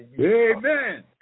Amen